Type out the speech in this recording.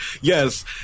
Yes